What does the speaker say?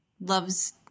loves